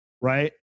Right